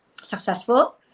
successful